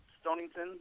Stonington